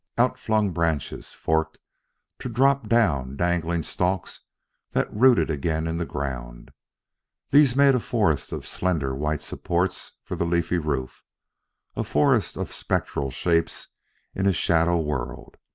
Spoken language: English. outflung branches forked to drop down dangling stalks that rooted again in the ground these made a forest of slender white supports for the leafy roof a forest of spectral shapes in a shadow-world.